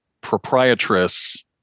proprietress